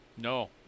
No